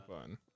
fun